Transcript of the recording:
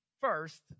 first